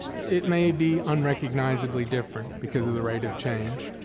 it may be unrecognizably different because of the rate of change.